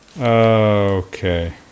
Okay